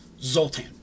Zoltan